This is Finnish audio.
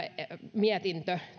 mietintö